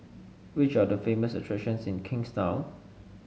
which are the famous attractions in Kingstown